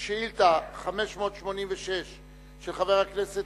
חבר הכנסת